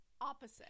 opposite